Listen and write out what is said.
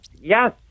yes